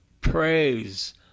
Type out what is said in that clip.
praise